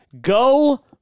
go